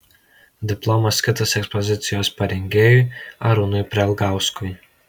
diplomas skirtas ekspozicijos parengėjui arūnui prelgauskui